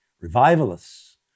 Revivalists